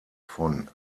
von